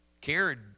cared